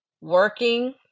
working